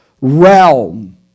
realm